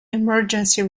emergency